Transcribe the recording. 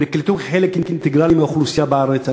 הם נקלטו כחלק אינטגרלי מהאוכלוסייה בארץ.